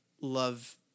love